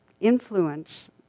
influence